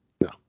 No